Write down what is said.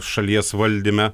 šalies valdyme